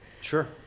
Sure